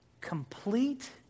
complete